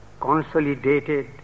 consolidated